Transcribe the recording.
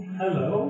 hello